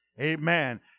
Amen